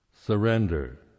surrender